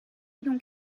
donc